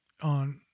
on